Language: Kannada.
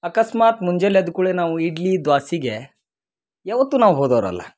ಅಕಸ್ಮಾತ್ ಮುಂಜಲೆ ಎದ್ಕುಳೆ ನಾವು ಇಡ್ಲಿ ದ್ವಾಸಿಗೆ ಯಾವತ್ತು ನಾವು ಹೋದೋರಲ್ಲ